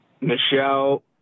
Michelle